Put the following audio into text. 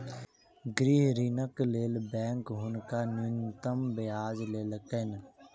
गृह ऋणक लेल बैंक हुनका न्यूनतम ब्याज लेलकैन